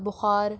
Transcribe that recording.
بخار